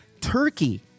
Turkey